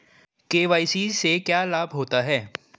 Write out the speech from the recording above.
KYC से क्या लाभ होता है?